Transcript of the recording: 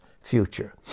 future